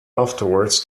afterwards